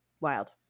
Wild